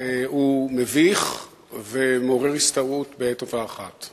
הוא מביך ומעורר השתאות בעת ובעונה אחת.